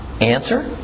Answer